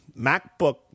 MacBook